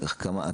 כמה?